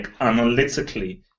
analytically